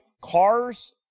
cars